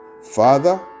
Father